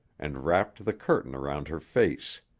and wrapped the curtain round her face.